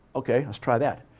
okay, let's try that.